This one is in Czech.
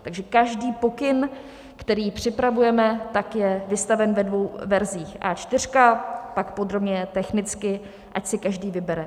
Takže každý pokyn, který připravujeme, je vystaven ve dvou verzích A4, pak podrobně je technicky, ať si každý vybere.